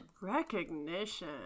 Recognition